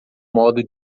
modo